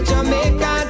Jamaica